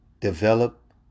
Develop